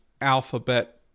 alphabet